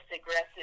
aggressive